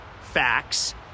facts